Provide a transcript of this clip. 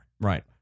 Right